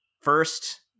First